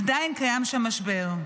ועדיין קיים שם משבר.